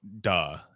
duh